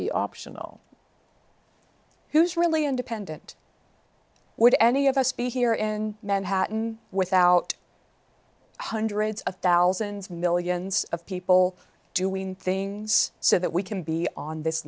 be optional who's really independent would any of us be here in manhattan without hundreds of thousands millions of people doing things so that we can be on this